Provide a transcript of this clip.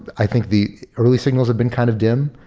i think the early signals have been kind of dim.